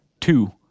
two